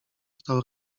stał